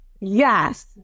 yes